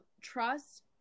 trust